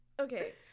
okay